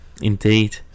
Indeed